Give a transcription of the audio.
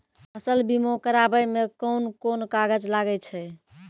फसल बीमा कराबै मे कौन कोन कागज लागै छै?